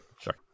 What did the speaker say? Sorry